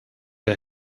der